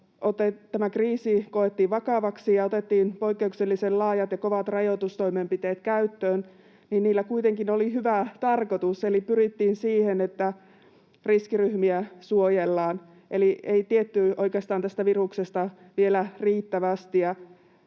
tämä kriisi koettiin vakavaksi ja otettiin poikkeuksellisen laajat ja kovat rajoitustoimenpiteet käyttöön, niin niillä kuitenkin oli hyvä tarkoitus eli pyrittiin siihen, että riskiryhmiä suojellaan. Eli ei tiedetty oikeastaan tästä viruksesta vielä riittävästi.